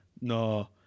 No